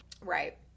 right